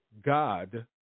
God